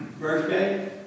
birthday